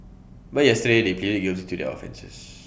but yesterday they pleaded guilty to their offences